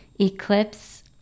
eclipse